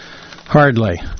hardly